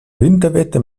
winterwetter